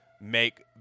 make